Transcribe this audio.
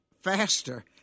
faster